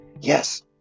Yes